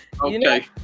Okay